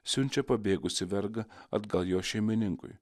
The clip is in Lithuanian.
siunčia pabėgusį vergą atgal jo šeimininkui